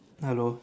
hello